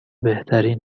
بهترین